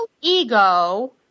ego